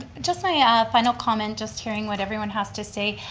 just my ah final comment, just hearing what everyone has to say.